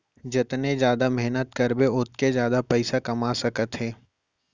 जतने जादा मेहनत करबे ओतके जादा पइसा कमा सकत हे